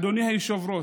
אדוני היושב-ראש,